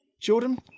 Jordan